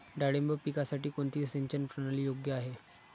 डाळिंब पिकासाठी कोणती सिंचन प्रणाली योग्य आहे?